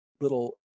little